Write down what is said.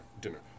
dinner